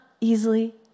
easily